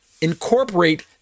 incorporate